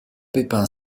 pépin